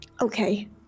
Okay